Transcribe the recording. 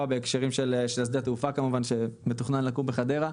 בהקשר של שדה התעופה שמתוכנן לקום בחדרה.